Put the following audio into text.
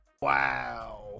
Wow